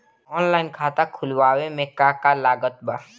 Online खाता खुलवावे मे का का लागत बा?